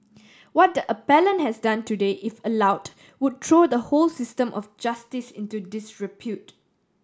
what the appellant has done today if allowed would throw the whole system of justice into disrepute